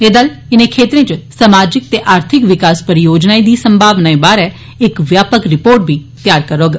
एह् दल इनें क्षेत्रों च सामाजिक ते आर्थिक विकास परियोजनाएं दी संभावनाएं बारै इक व्यापक रिपोर्ट बी तैयार करौग